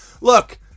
Look